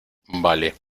vale